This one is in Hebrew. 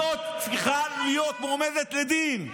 זאת צריכה להיות מועמדת לדין.